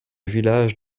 village